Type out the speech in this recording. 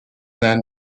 then